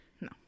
No